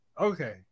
Okay